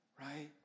right